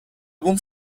بوم